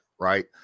right